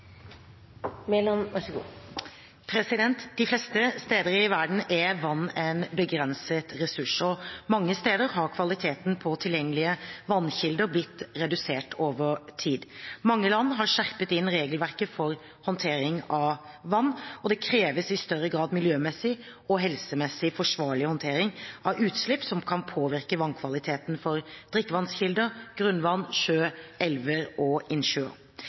vann en begrenset ressurs, og mange steder har kvaliteten på tilgjengelige vannkilder blitt redusert over tid. Mange land har skjerpet inn regelverket for håndtering av vann. Det kreves i større grad miljømessig og helsemessig forsvarlig håndtering av utslipp som kan påvirke vannkvaliteten for drikkevannskilder, grunnvann, sjø, elver og innsjøer.